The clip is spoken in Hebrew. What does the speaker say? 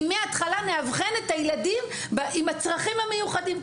אם מהתחלה נאבחן את הילדים עם הצרכים המיוחדים.